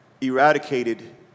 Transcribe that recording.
eradicated